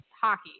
hockey